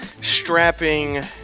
strapping